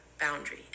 boundary